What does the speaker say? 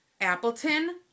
Appleton